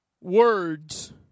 words